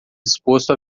disposto